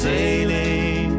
Sailing